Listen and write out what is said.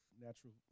natural